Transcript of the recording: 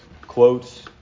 quotes